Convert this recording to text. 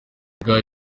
bwa